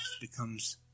becomes